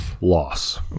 loss